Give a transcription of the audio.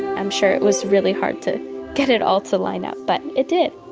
i'm sure it was really hard to get it all to line up. but it did.